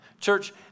Church